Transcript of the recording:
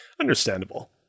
Understandable